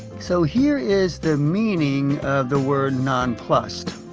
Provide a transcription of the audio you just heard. so here is the meaning of the word nonplussed